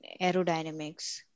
aerodynamics